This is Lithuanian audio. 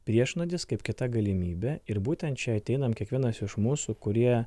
priešnuodis kaip kita galimybė ir būtent čia ateinam kiekvienas iš mūsų kurie